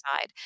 side